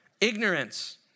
Ignorance